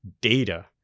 data